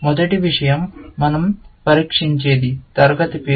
మొదటి విషయం మన০ పరీక్షించేది తరగతి పేరు